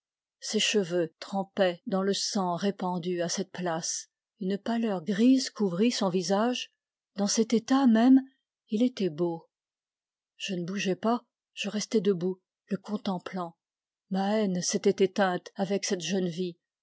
ses cheveux trempaient dans le sang répandu à cette place une pâleur grise couvrit son visage dans cet état même il était beau je ne bougeai pas je restai debout le contemplant ma haine s'était éteinte avec cette jeune vie